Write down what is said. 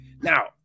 now